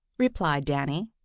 replied danny,